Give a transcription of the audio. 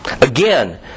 Again